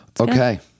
Okay